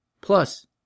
Plus